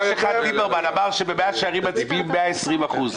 יש אחד ליברמן שאמר שבמאה שערים מצביעים 120%,